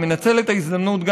אני מנצל את ההזדמנות,